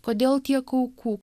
kodėl tiek aukų